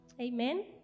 amen